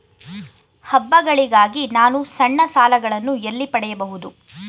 ಹಬ್ಬಗಳಿಗಾಗಿ ನಾನು ಸಣ್ಣ ಸಾಲಗಳನ್ನು ಎಲ್ಲಿ ಪಡೆಯಬಹುದು?